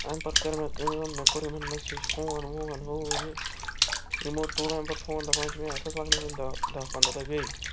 اَمہِ پَتہٕ کٔر مےٚ کٲم مےٚ کوٚر یمن میٚسیج فون وون ہوٗ یہِ یمو تُل اَمہِ پَتہٕ فون دپان چھِم ہے اَتھ حظ لَگنَے وُنہِ دَہ دَہ پَنٛداہ دۄہ بیٚیہِ